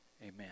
Amen